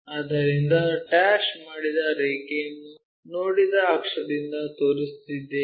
ಆದ್ದರಿಂದ ಡ್ಯಾಶ್ ಮಾಡಿದ ರೇಖೆಯನ್ನು ನೋಡಿದ ಅಕ್ಷದಿಂದ ತೋರಿಸುತ್ತಿದ್ದೇವೆ